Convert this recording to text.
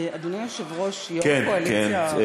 אדוני היושב-ראש, יו"ר הקואליציה, כן, כן.